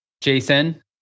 Jason